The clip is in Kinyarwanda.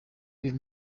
uyu